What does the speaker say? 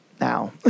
Now